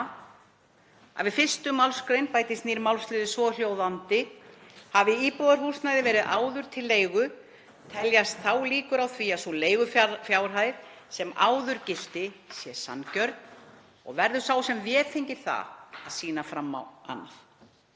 a. Við 1. mgr. bætist nýr málsliður, svohljóðandi: Hafi íbúðarhúsnæði verið áður til leigu teljast þá líkur á því að sú leigufjárhæð sem áður gilti sé sanngjörn og verður sá sem vefengir það að sýna fram á annað.